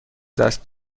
دست